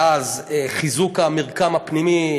ואז חיזוק המרקם הפנימי,